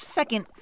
second